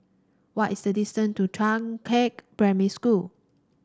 what is the distance to Changkat Primary School